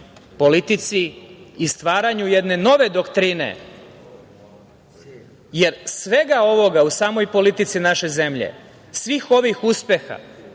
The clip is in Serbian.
politici i stvaranju jedne nove doktrine, jer svega ovoga u samoj politici naše zemlje, svih ovih uspeha